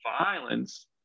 violence